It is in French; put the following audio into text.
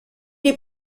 est